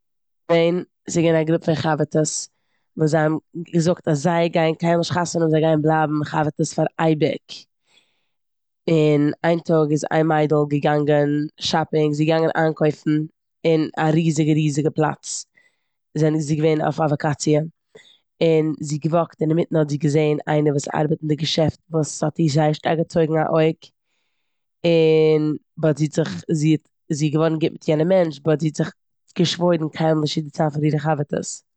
ס'איז געווען א גרופ פון חברטעס וואס זיי האבן געזאגט זיי גייען קיינמאל נישט חתונה האבן, זיי גייען בלייבן חבר'טעס פאר אייביג און איין טאג איז איין מיידל געגאנגען שאפינג, זי איז געגאנגען איינקויפן און א ריזיגע ריזיגע פלאץ. זי איז געווען אויף א וואקאציע און זי האט געוואקט און אינמיטן האט זי געזען איינער וואס ארבעט אין די געשעפט וואס האט איר זייער שטארק געצויגן א אויג און- באט זי האט זיך- זי איז געווארן גוט מיט יענע מענטש באט זי האט זיך געשוואוירן קיינמאל נישט צו דערציילן פאר אירע חבר'טעס.